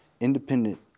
independent